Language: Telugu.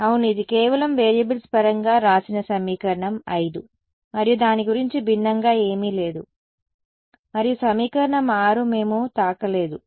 అవును ఇది కేవలం వేరియబుల్స్ పరంగా వ్రాసిన సమీకరణం 5 మరియు దాని గురించి భిన్నంగా ఏమీ లేదు మరియు సమీకరణం 6 మేము తాకలేదు సరే